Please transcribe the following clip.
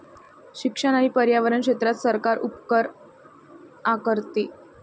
शिक्षण आणि पर्यावरण क्षेत्रात सरकार उपकर आकारते